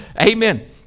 Amen